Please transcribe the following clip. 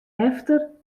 efter